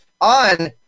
on